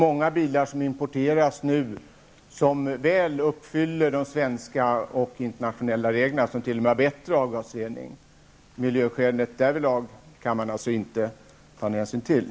Många bilar som nu importeras uppfyller väl de svenska och internationella reglerna, och de har ibland t.o.m. bättre avgasrening. Miljöskälet därvidlag kan man alltså inte ta någon hänsyn till.